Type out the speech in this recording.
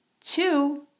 two